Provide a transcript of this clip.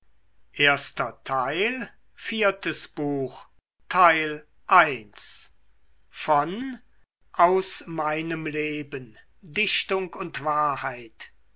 wolfgang goethe aus meinem leben dichtung und wahrheit